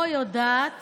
לא יודעת